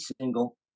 single